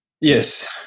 Yes